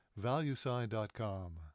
valuesign.com